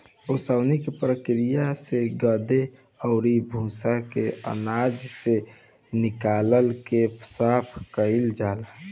ओसवनी के प्रक्रिया से गर्दा अउरी भूसा के आनाज से निकाल के साफ कईल जाला